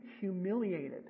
humiliated